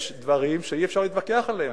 יש דברים שאי-אפשר להתווכח עליהם.